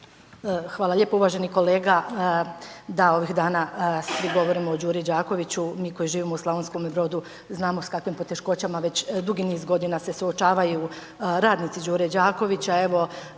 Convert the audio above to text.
Hvala lijepo. Uvaženi kolega. Da, ovih dana svi govorimo o Đuri Đakoviću, mi koji živimo u Slavonskome Brodu znamo s kakvim poteškoćama već dugi niz godina se suočavaju radnici Đure Đakovića.